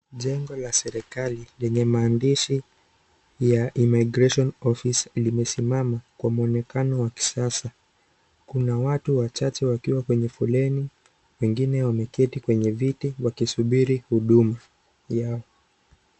Jengo la serikali yenye maandishi ya IMMIGRATION OFFICE limesimama kwa mwonekano wa kisasa. Kuna watu wachache wakiwa kwenye foleni wengine wameketi kwenye viti wakisubiri huduma yao.